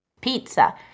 pizza